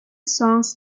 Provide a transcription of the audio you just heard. songs